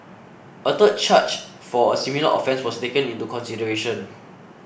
a third charge for a similar offence was taken into consideration